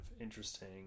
interesting